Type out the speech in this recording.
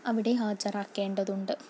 അവിടെ ഹാജറാക്കേണ്ടതുണ്ട്